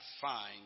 find